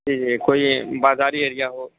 جی جی کوئی بازاری ایریا ہو